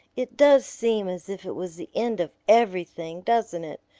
it does seem as if it was the end of everything, doesn't it?